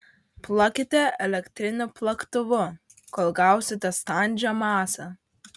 plakite elektriniu plaktuvu kol gausite standžią masę